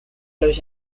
los